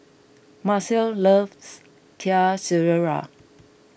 Macel loves Kuih Syara